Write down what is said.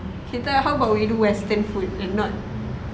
kita how about we do western food and not